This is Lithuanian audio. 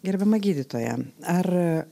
gerbiama gydytoja ar